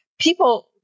People